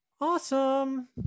awesome